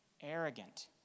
Arrogant